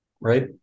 Right